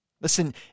Listen